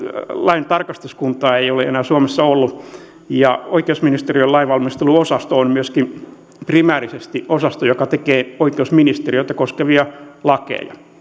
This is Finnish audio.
laintarkastuskuntaa ei ole enää suomessa ollut ja oikeusministeriön lainvalmisteluosasto on myöskin primäärisesti osasto joka tekee oikeusministeriötä koskevia lakeja